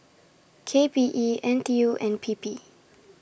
K P E N T U and P P